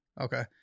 Okay